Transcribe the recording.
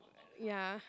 ya